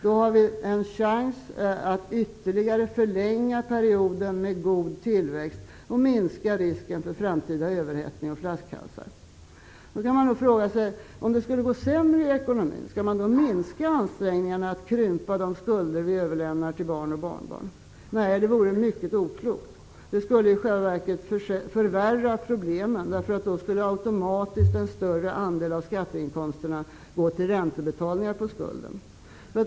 Då har vi en chans att ytterligare förlänga perioden med god tillväxt och minska risken för framtida överhettning och flaskhalsar. Skall man minska ansträngningarna för att krympa de skulder vi överlämnar till barn och barnbarn om det skulle gå sämre i ekonomin? Nej, det vore mycket oklokt. Det skulle i själva verket förvärra problemen, därför att då skulle automatiskt en större andel av skatteinkomsterna gå till räntebetalningar på skulden.